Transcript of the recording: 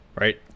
Right